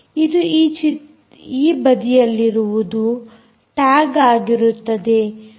ಇದು ಈ ಬದಿಯಲ್ಲಿರುವುದು ಟ್ಯಾಗ್ ಆಗಿರುತ್ತದೆ